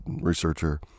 researcher